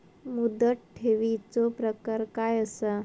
मुदत ठेवीचो प्रकार काय असा?